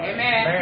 Amen